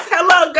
Hello